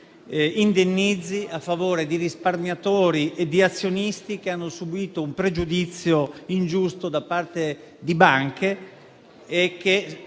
indennizzi a favore di risparmiatori e di azionisti che hanno subito un pregiudizio ingiusto da parte delle banche,